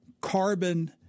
carbon